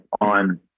on